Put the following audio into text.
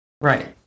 right